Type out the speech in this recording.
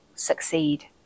succeed